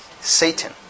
Satan